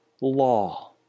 law